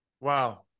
Wow